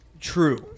True